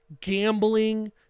gambling